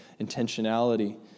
intentionality